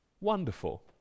Wonderful